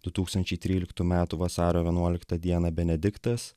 du tūkstančiai tryliktų metų vasario vienuoliktą dieną benediktas